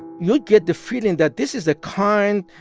you'd get the feeling that this is a kind,